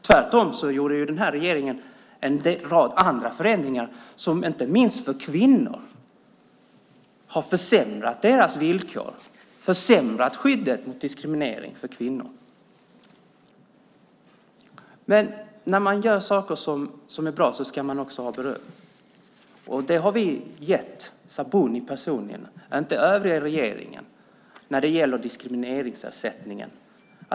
Tvärtom gjorde regeringen en rad andra förändringar som inte minst för kvinnor har försämrat villkoren och skyddet mot diskriminering. När man gör saker som är bra ska man också ha beröm. Det har vi gett Sabuni personligen, men inte övriga i regeringen, när det gäller diskrimineringsersättningen.